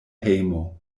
hejmo